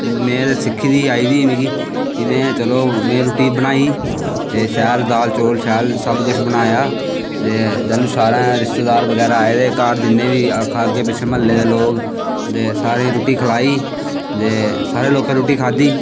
में ते सिक्खी दी ही आई दी ही मिगी ते भी में चलो रुट्टी बनाई ते शैल दाल चौल सब किश बनाया ते जैलूं सारे रिशतेदार घर आये जिन्ने बगैरा बी ते अग्गें पिच्छें म्हल्लै दे लोग ते सारें रुट्टी खलाई ते सारें लोकें रुट्टी खाद्धी